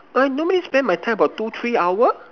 I normally spend my time about two three hour